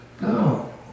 No